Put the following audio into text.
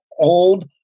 old